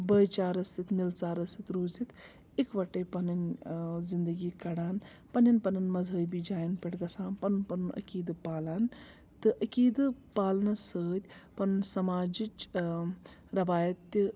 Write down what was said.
بٲے چارَس سۭتۍ مِلژارس سۭتۍ روٗزِتھ اِکوَٹَے پَنٕنۍ زنٛغدگی کَڈان پَنٕنٮ۪ن پَنٕنٮ۪ن مذہبی جایَن پٮ۪ٹھ گژھان پَنُن پَنُن عقیٖدٕ پالان تہٕ عقیٖدٕ پالنَس سۭتۍ پَنُن سماجٕچ رٮ۪وایت تہِ